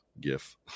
gif